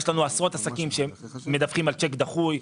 יש עשרות עסקים שמדווחים על צ'ק דחוי.